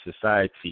society